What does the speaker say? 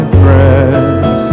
friends